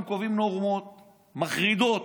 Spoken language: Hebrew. הם קובעים נורמות מחרידות,